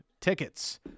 tickets